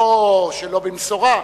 לא שלא במשורה,